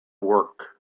work